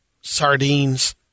sardines